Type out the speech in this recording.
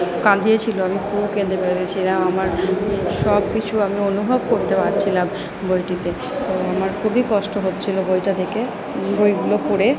কাঁদিয়েছিল আমি পুরো কেঁদে ফেলেছিলাম আমার সব কিছু আমি অনুভব করতে পারছিলাম বইটিতে তো আমার খুবই কষ্ট হচ্ছিলো বইটা দেকে বইগুলো পড়ে